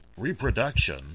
reproduction